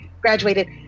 graduated